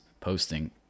Posting